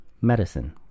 medicine